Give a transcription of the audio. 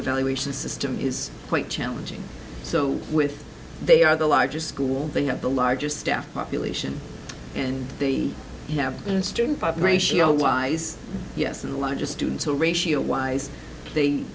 evaluation system is quite challenging so with they are the largest school they have the largest staff population and they have in student five ratio wise yes and the largest student so ratio wise they